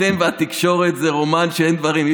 אתם והתקשורת זה רומן שאין דברים כאלה,